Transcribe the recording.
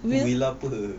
will apa